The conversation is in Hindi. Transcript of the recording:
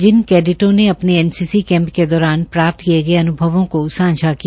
जिन कैडिटों ने अपने एनसीसी कैंप के दौरान प्राप्त किये गये अनुभवों को सांझा किया